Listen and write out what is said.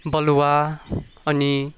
बलुवा अनि